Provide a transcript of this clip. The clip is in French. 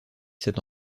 c’est